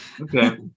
Okay